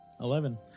Eleven